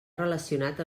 relacionat